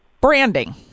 Branding